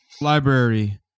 library